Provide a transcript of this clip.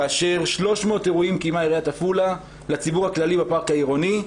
כאשר 300 אירועים קיימה עיריית עפולה לציבור הכללי בפארק העירוני,